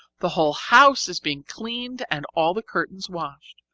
the whole house is being cleaned and all the curtains washed.